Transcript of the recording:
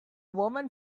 woman